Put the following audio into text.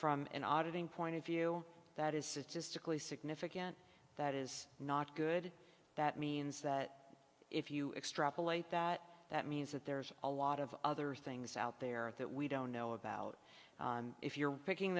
an auditing point of view that is statistically significant that is not good that means that if you extrapolate that that means that there's a lot of other things out there that we don't know about if you're picking